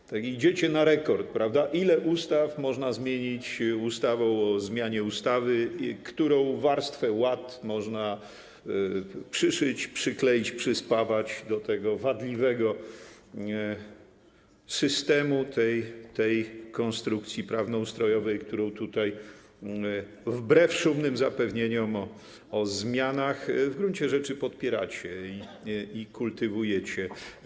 To prawda, że idziecie na rekord w tym, ile ustaw można zmienić ustawą o zmianie ustawy, którą warstwę łat można przyszyć, przykleić, przyspawać do wadliwego systemu tej konstrukcji prawnoustrojowej, którą wbrew szumnym zapewnieniom o zmianach w gruncie rzeczy podpieracie i kultywujecie.